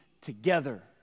together